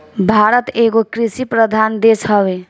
भारत एगो कृषि प्रधान देश हवे